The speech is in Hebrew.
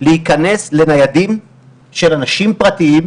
להיכנס לניידים של אנשים פרטיים,